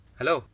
Hello